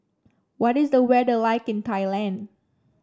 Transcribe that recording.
what is the weather like in Thailand